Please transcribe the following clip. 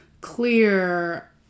clear